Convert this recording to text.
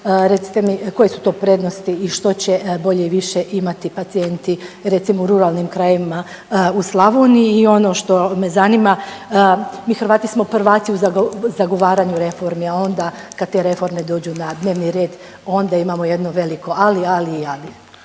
Recite mi koje su to prednosti i što će bolje i više imati pacijenti recimo u ruralnim krajevima u Slavoniji. I ono što me zanima mi Hrvati smo prvaci u zagovaranju reformi, a onda kad te reforme dođu na dnevni red onda imamo jedno veliko ali, ali i ali.